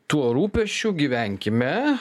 tuo rūpesčiu gyvenkime